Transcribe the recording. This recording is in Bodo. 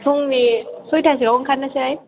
फुंनि सयथासोआव ओंखारनोसै